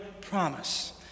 promise